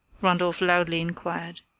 randolph loudly inquired.